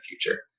future